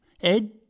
Ed